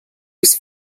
was